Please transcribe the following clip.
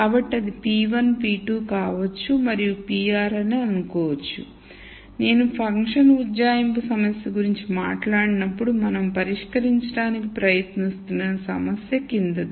కాబట్టి అది p1 p2 కావచ్చు మరియు pr అని అనుకోవచ్చు నేను ఫంక్షన్ ఉజ్జాయింపు సమస్య గురించి మాట్లాడినప్పుడు మనం పరిష్కరించడానికి ప్రయత్నిస్తున్న సమస్య క్రిందిది